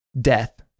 death